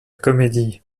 comédie